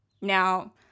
Now